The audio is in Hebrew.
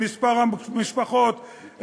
מספר המשפחות,